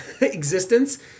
existence